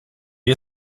you